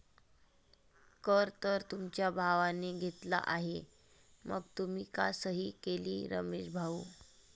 कर तर तुमच्या भावाने घेतला आहे मग तुम्ही का सही केली रमेश भाऊ?